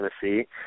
Tennessee